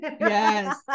yes